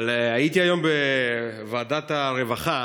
הייתי היום בוועדת הרווחה